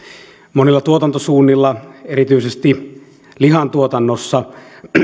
monilla tuotantosuunnilla erityisesti lihantuotannossa